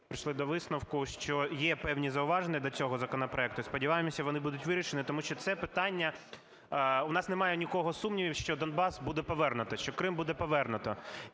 прийшли до висновку, що є певні зауваження до цього законопроекту, і, сподіваємося, вони будуть вирішені, тому що це питання… У нас немає ні в кого сумнівів, що Донбас буде повернуто, що Крим буде повернуто.